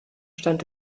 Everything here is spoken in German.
stand